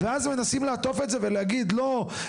ואז מנסים לעטוף את זה ולהגיד: ״לא,